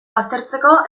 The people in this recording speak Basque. baztertzeko